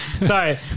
Sorry